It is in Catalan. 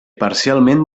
parcialment